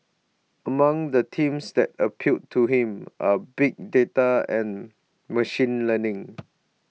among the themes that appeal to him are big data and machine learning